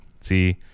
see